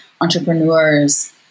entrepreneurs